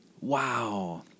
Wow